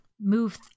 move